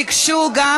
ביקשו,